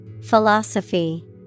Philosophy